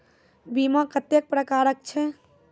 बीमा कत्तेक प्रकारक छै?